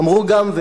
אמרו גם,